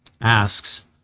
asks